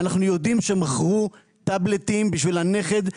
שאנחנו יודעים שמכרו טבלטים בשביל הנכד,